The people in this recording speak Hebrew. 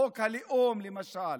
חוק הלאום, למשל,